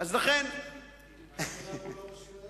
מעניין למה הוא לא ראש עיר היום.